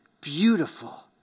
beautiful